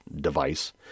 device